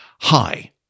hi